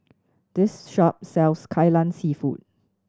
this shop sells Kai Lan Seafood